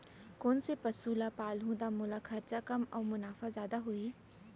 कोन से पसु ला पालहूँ त मोला खरचा कम अऊ मुनाफा जादा होही?